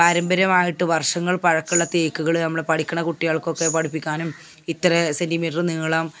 പാരമ്പര്യമായിട്ട് വർഷങ്ങൾ പഴക്കമുള്ള തേക്കുകൾ നമ്മൾ പഠിപ്പിക്കണ കുട്ടികൾക്കൊക്കെ പഠിപ്പിക്കാനും ഇത്ര സെൻറ്റീമീറ്റർ നീളം